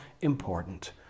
important